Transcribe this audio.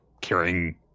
carrying